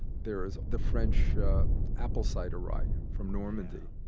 there's the french ah apple cider rye from normandy,